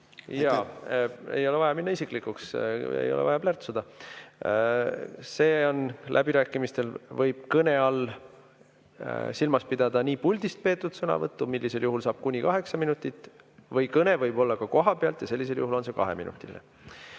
Ei ole vaja minna isiklikuks. Ei ole vaja plärtsuda. Aga läbirääkimistel võib kõne all silmas pidada puldist peetud sõnavõttu, millisel juhul saab rääkida kuni kaheksa minutit, ja kõne võib olla ka kohapealt ja sellisel juhul on see kuni kaheminutiline.